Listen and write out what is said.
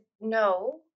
no